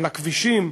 על הכבישים.